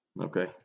Okay